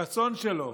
הרצון שלו,